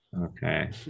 Okay